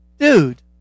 dude